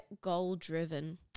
goal-driven